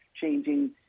changing